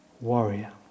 warrior